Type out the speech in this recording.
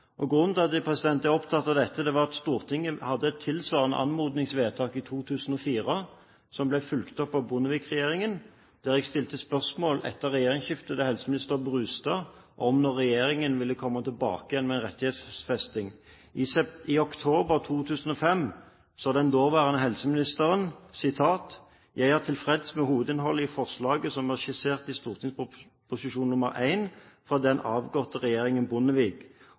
2012. Grunnen til at jeg er opptatt av dette, er at Stortinget hadde et tilsvarende anmodningsvedtak i 2004, som ble fulgt opp av Bondevik-regjeringen. Jeg stilte etter regjeringsskiftet spørsmål til helseminister Brustad om når regjeringen ville komme tilbake med rettighetsfesting. I oktober 2005 sa den daværende helseministeren: «Jeg er tilfreds med hovedinnholdet i forslaget som er skissert i St.prp. nr. 1 fra den avgåtte regjeringen Bondevik,